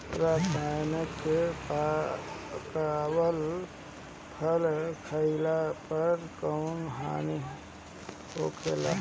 रसायन से पकावल फल खइला पर कौन हानि होखेला?